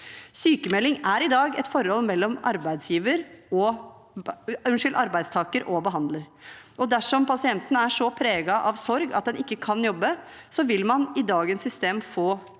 Sykmelding er i dag et forhold mellom arbeidstaker og behandler, og dersom pasienten er så preget av sorg at man ikke kan jobbe, vil man i dagens system få en